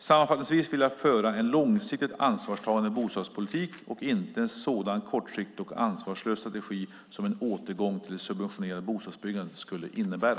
Sammanfattningsvis vill jag föra en långsiktigt ansvarstagande bostadspolitik och inte en sådan kortsiktig och ansvarslös strategi som en återgång till det subventionerade bostadsbyggandet skulle innebära.